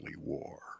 war